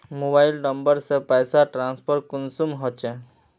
Mobile number से पैसा transfer कुंसम होचे?